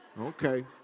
Okay